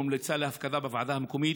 הומלצה להפקדה בוועדה המקומית.